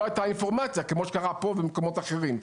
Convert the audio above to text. הייתה אינפורמציה כמו שקרה פה ובמקומות אחרים.